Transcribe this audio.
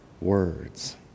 words